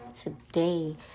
today